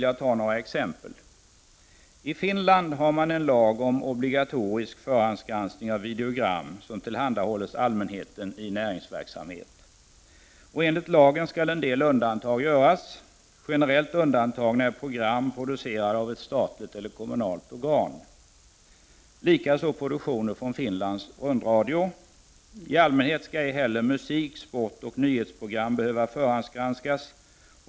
Jag tar några exempel. I Finland har man en lag om obligatorisk förhandsgranskning av videogram som tillhandahålles allmänheten i näringsverksamhet. Enligt lagen skall en del undantag göras. Generellt undantagna är program producerade av ett statligt eller kommunalt organ och likaså produktioner från Finlands rundradio. I allmänhet skall ej heller musik-, sportoch nyhetsprogram behöva förhandsgranskas.